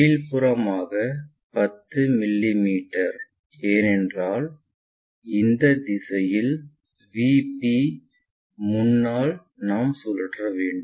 கீழ்ப்புறமாக 10 மில்லிமீட்டர் ஏனென்றால் இந்த திசையில் VP முன்னாள் நாம் சுழற்ற வேண்டும்